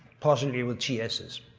possibly with two s's.